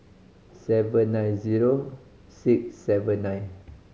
seven nine zero six seven nine